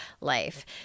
life